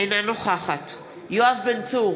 אינה נוכחת יואב בן צור,